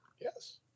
Yes